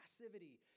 passivity